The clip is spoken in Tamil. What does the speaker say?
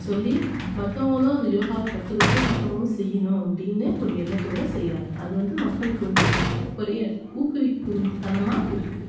சொல்லி மற்றவங்களும் அந்த யோகாவை கற்றுக்கிட்டு மற்றவங்களும் செய்யணும் அப்படின்னு ஒரு எண்ணத்தோடு செய்கிறாங்க அது வந்து மக்களுக்கு வந்து ஒரு ஊக்குவிக்கும்தனமாக இருக்குது